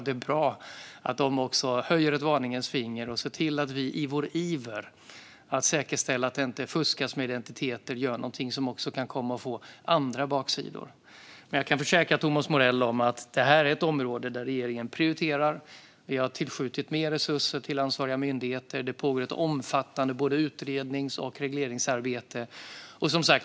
Det är bra att de höjer ett varningens finger och ser till att vi i vår iver att säkerställa att det inte fuskas med identiteter inte gör någonting som också kan få andra baksidor. Jag kan försäkra Thomas Morell att det här är ett område som regeringen prioriterar. Vi har tillskjutit mer resurser till ansvariga myndigheter, och det pågår ett omfattande utrednings och regleringsarbete.